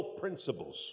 principles